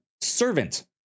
Servant